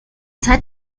zeit